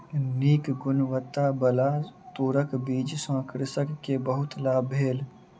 नीक गुणवत्ताबला तूरक बीज सॅ कृषक के बहुत लाभ भेल